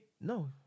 no